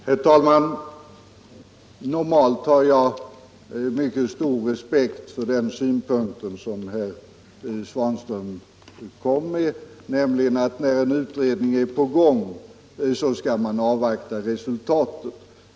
Herr talman! Normalt har jag mycket stor respekt för den synpunkt som herr Svanström anförde, nämligen att när en utredning pågår skall man avvakta dess resultat.